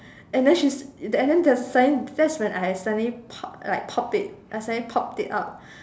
and then she and then there's suddenly that's when I suddenly pop like pop it I suddenly pop it out